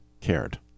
cared